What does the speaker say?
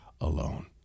alone